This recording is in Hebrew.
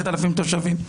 10,000 תושבים,